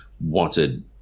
wanted